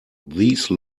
these